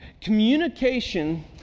communication